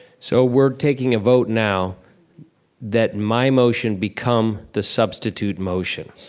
so we're taking a vote now that my motion become the substitute motion.